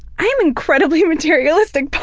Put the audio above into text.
i am incredibly materialistic, paul!